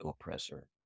oppressor